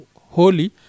holy